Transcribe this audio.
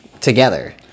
together